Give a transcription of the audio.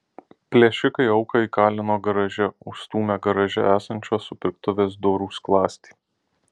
plėšikai auką įkalino garaže užstūmę garaže esančios supirktuvės durų skląstį